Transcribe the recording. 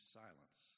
silence